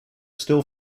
still